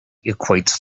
equates